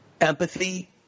empathy